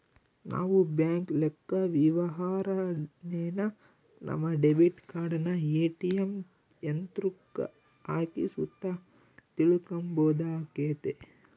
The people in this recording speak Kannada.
ನಾವು ಬ್ಯಾಂಕ್ ಲೆಕ್ಕವಿವರಣೆನ ನಮ್ಮ ಡೆಬಿಟ್ ಕಾರ್ಡನ ಏ.ಟಿ.ಎಮ್ ಯಂತ್ರುಕ್ಕ ಹಾಕಿ ಸುತ ತಿಳ್ಕಂಬೋದಾಗೆತೆ